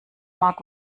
mag